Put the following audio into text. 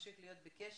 נמשיך להיות בקשר.